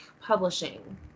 publishing